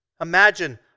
Imagine